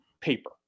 paper